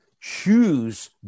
choose